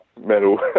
metal